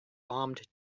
bombed